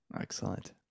excellent